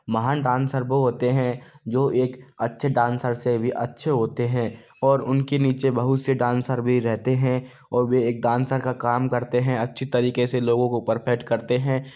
महान डांसर वो होते हैं जो एक अच्छे डांसर से भी अच्छे होते हैं और उनके नीचे बहुत से डांसर भी रहते हैं और वे एक डांसर का काम करते हैं अच्छी तरीके से लोगों को परफेक्ट करते हैं